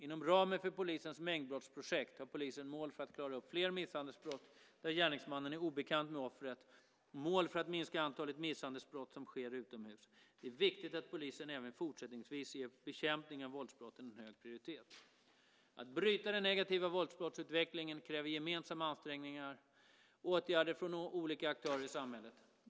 Inom ramen för polisens mängdbrottsprojekt har polisen mål för att klara upp fler misshandelsbrott där gärningsmannen är obekant med offret och mål för att minska antalet misshandelsbrott som sker utomhus. Det är viktigt att polisen även fortsättningsvis ger bekämpningen av våldsbrotten en hög prioritet. Att bryta den negativa våldsbrottsutvecklingen kräver gemensamma ansträngningar och åtgärder från olika aktörer i samhället.